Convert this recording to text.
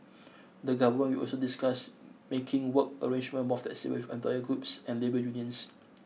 the Government will also discuss making work arrangement more flexible with employer groups and labour unions